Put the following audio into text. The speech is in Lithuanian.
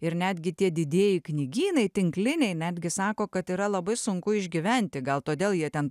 ir netgi tie didieji knygynai tinkliniai netgi sako kad yra labai sunku išgyventi gal todėl jie ten